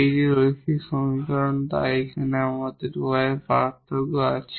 এটি লিনিয়ার সমীকরণ তাই এখানে আমাদের y এর পার্থক্য আছে